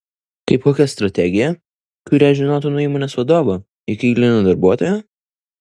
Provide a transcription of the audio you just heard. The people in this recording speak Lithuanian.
kaip kokia strategija kurią žinotų nuo įmonės vadovo iki eilinio darbuotojo